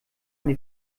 eine